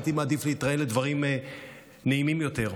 הייתי מעדיף להתראיין לדברים נעימים יותר.